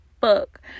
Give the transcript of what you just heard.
fuck